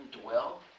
dwell